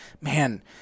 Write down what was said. man